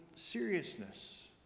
Seriousness